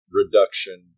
reduction